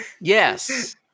Yes